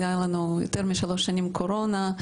היה לנו יותר משלוש שנים קורונה,